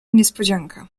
niespodzianka